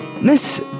Miss